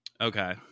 Okay